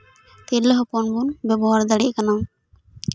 ᱛᱤᱨᱞᱟᱹ ᱦᱚᱯᱚᱱ ᱵᱚᱱ ᱵᱮᱵᱚᱦᱟᱨ ᱫᱟᱲᱮᱜ ᱠᱟᱱᱟ